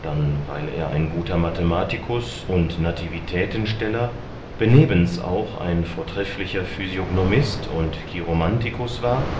dann weil er ein guter mathematikus und nativitätensteller benebens auch ein vortrefflicher physiognomist und chiromantikus war